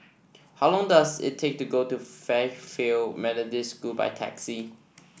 how long does it take to go to Fairfield Methodist School by taxi